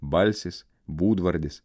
balsis būdvardis